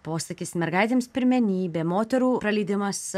posakis mergaitėms pirmenybė moterų praleidimas